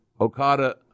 Okada